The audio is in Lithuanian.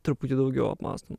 truputį daugiau apmąstom